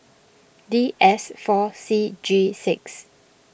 D S four C G six